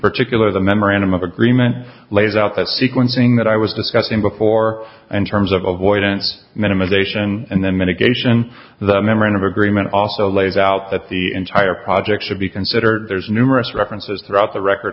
particular the memorandum of agreement lays out that sequencing that i was discussing before and terms of avoidance minimisation and then medication the memorandum agreement also laid out that the entire project should be considered there's numerous references throughout the record